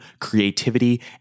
creativity